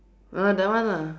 ah that one lah